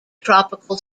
tropical